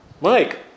Mike